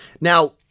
Now